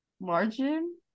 Margin